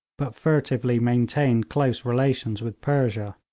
but furtively maintained close relations with persia.